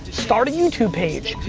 start a youtube page,